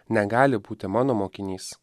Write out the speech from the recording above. negali būti mano mokinys